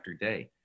day